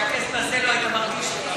שהכסף הזה לא היית מרגיש אותו,